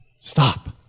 stop